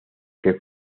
que